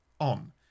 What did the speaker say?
on